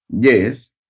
Yes